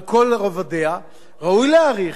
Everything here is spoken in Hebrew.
על כל רבדיה, ראוי להאריך.